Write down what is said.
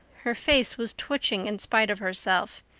her face was twitching in spite of herself.